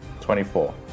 24